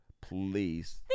please